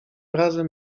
razem